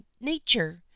nature